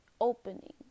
Opening